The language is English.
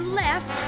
left